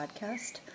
podcast